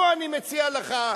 בוא, אני מציע לך,